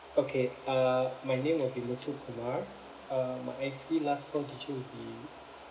okay uh my name will be muthu kumar uh my I_C last four digit would be